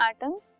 atoms